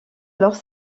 alors